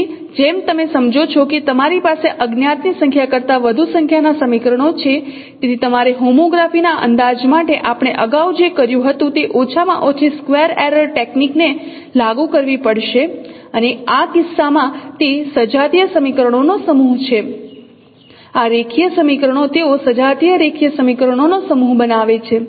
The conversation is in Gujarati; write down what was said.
તેથી જેમ તમે સમજો છો કે તમારી પાસે અજ્ઞાત ની સંખ્યા કરતા વધુ સંખ્યાના સમીકરણો છે તેથી તમારે હોમોગ્રાફી ના અંદાજ માટે આપણે અગાઉ જે કર્યું હતું તે ઓછામાં ઓછી સ્ક્વેર એરર ટેકનીક ને લાગુ કરવી પડશે અને આ કિસ્સામાં તે સજાતીય સમીકરણોનો સમૂહ છે આ રેખીય સમીકરણો તેઓ સજાતીય રેખીય સમીકરણોનો સમૂહ બનાવે છે